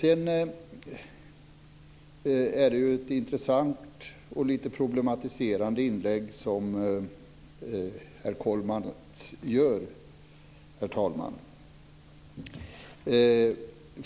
Sedan är det ett intressant och lite problematiserande inlägg som herr Kollmats gör.